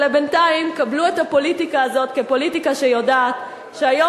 בינתיים קבלו את הפוליטיקה הזאת כפוליטיקה שיודעת שהיום